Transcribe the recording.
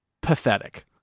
pathetic